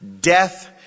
death